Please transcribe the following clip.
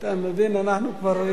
אתה מבין, אנחנו כבר,